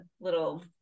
little